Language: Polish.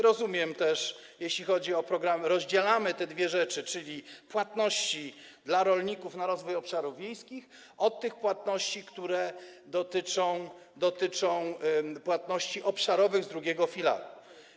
Rozumiem też, że jeśli chodzi o programy, to rozdzielamy te dwie rzeczy, czyli płatności dla rolników na rozwój obszarów wiejskich od tych płatności, które dotyczą płatności obszarowych z drugiego filaru.